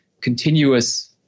continuous